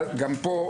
גם פה,